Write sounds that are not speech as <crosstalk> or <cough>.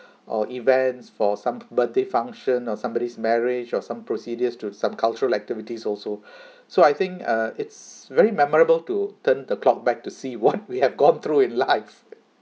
or events for some birthday function or somebody's marriage or some procedures to some cultural activities also <breath> so I think uh it's very memorable to turn the clock back to see what we have gone through in life